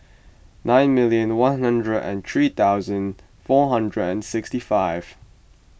nine million one hundred and three thousand four hundred and sixty five